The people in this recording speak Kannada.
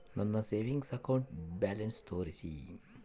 ನನ್ನ ಸೇವಿಂಗ್ಸ್ ಅಕೌಂಟ್ ಬ್ಯಾಲೆನ್ಸ್ ತೋರಿಸಿ?